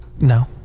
No